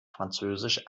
französisch